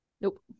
Nope